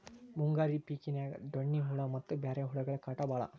ಮುಂಗಾರಿ ಪಿಕಿನ್ಯಾಗ ಡೋಣ್ಣಿ ಹುಳಾ ಮತ್ತ ಬ್ಯಾರೆ ಹುಳಗಳ ಕಾಟ ಬಾಳ